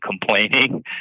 complaining